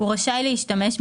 הוא רשאי להשתמש,